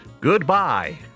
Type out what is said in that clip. Goodbye